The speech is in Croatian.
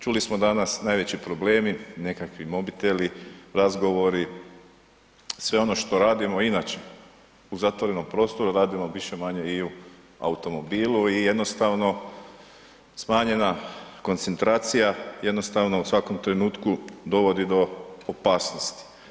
Čuli smo danas, najveći problemi nekakvi mobiteli, razgovori, sve ono što radimo inače u zatvorenom prostoru, radimo više-manje i u automobilu i jednostavno smanjena koncentracija, jednostavno u svakom trenutku dovodi do opasnosti.